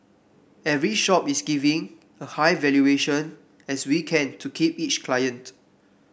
every shop is giving a high valuation as we can to keep each client